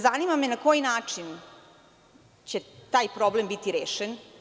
Zanima me na koji način će taj problem biti rešen.